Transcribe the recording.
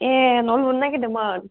ए न' लुनो नागिरदोंमोन